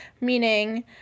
meaning